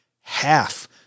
Half